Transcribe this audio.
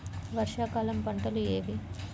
వర్షాకాలం పంటలు ఏవి?